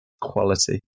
Quality